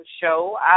show